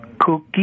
cookie